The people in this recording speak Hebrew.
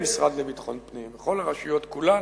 המשרד לביטחון פנים וכל הרשויות כולן,